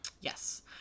Yes